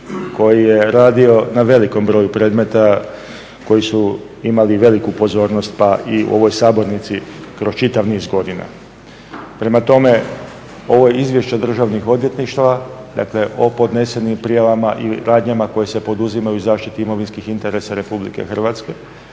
koji je radio na velikom broju predmeta koji su imali veliku pozornost pa i ovoj sabornici kroz čitav niz godina. Prema tome ovo izvješće državnih odvjetništava o podnesenim prijavama i radnjama koje se poduzimaju u zaštiti imovinskih interesa RH i osobno